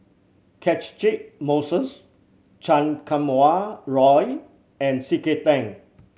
Catchick Moses Chan Kum Wah Roy and C K Tang